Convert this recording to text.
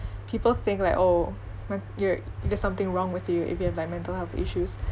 people think like oh when you're there's something wrong with you if you have like mental health issues